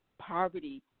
poverty